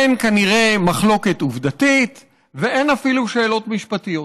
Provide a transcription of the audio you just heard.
אין כנראה מחלוקת עובדתית ואין אפילו שאלות משפטיות.